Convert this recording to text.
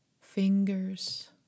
fingers